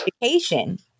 education